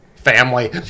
family